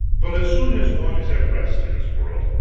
but as soon as one is at rest, in this world,